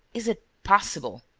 is it possible?